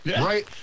right